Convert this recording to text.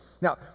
now